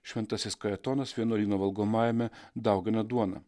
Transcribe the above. šventasis kajetonas vienuolyno valgomajame daugina duoną